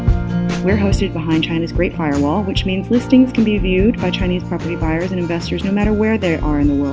we're hosted behind china's great firewall, which means listings can be viewed by chinese property buyers and investors no matter where they are in the world.